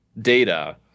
data